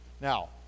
Now